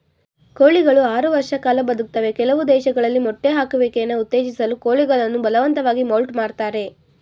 ಕೋಳಿಗಳು ಆರು ವರ್ಷ ಕಾಲ ಬದುಕ್ತವೆ ಕೆಲವು ದೇಶದಲ್ಲಿ ಮೊಟ್ಟೆ ಹಾಕುವಿಕೆನ ಉತ್ತೇಜಿಸಲು ಕೋಳಿಗಳನ್ನು ಬಲವಂತವಾಗಿ ಮೌಲ್ಟ್ ಮಾಡ್ತರೆ